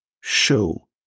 show